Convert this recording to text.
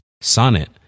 Sonnet